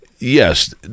Yes